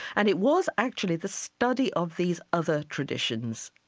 and it was actually the study of these other traditions,